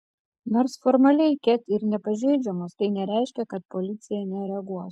nors formaliai ket ir nepažeidžiamos tai nereiškia kad policija nereaguos